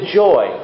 joy